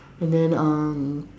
and then uh